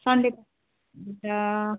Sunday हुन्छ